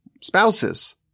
spouses